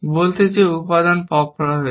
বলতে যে উপাদান পপ করা হয়েছে